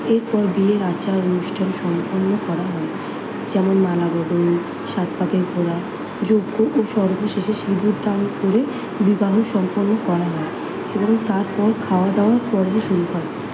এরপর বিয়ের আচার অনুষ্ঠান সম্পন্ন করা হয় যেমন মালাবদল সাত পাকে ঘোরা যজ্ঞ ও সর্বশেষে সিঁদুরদান করে বিবাহ সম্পন্ন করা হয় এবং তারপর খাওয়া দাওয়ার পর্ব শুরু হয়